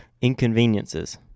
Inconveniences